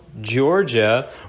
Georgia